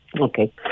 Okay